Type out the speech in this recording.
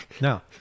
Now